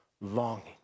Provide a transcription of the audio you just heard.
longing